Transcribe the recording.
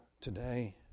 today